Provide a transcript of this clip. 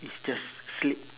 it's just sleep